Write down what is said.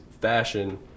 fashion